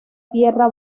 tierra